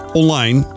online